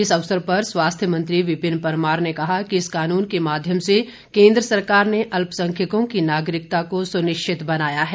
इस अवसर पर स्वास्थ्य मंत्री विपिन परमार ने कहा कि इस कानून के माध्यम से केन्द्र सरकार ने अल्पसंख्यकों की नागरिकता को सुनिश्चित बनाया है